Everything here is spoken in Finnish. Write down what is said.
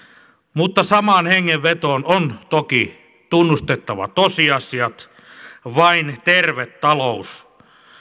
mutta samaan hengenvetoon on toki tunnustettava tosiasiat vain terve talous